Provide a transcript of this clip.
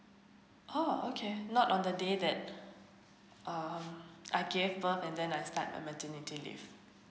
oh okay not on the day that uh I gave birth and then I start my maternity leave